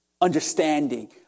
understanding